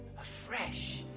afresh